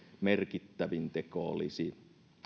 merkittävin teko olisi